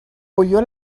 oyó